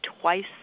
twice